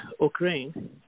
Ukraine